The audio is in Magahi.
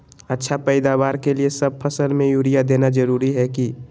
अच्छा पैदावार के लिए सब फसल में यूरिया देना जरुरी है की?